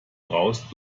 raus